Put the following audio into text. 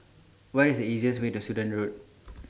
What IS The easiest Way to Sudan Road